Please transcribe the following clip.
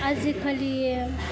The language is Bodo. आजिखालि